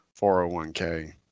401k